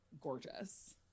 gorgeous